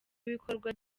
bikorwa